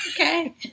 Okay